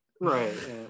right